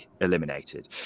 eliminated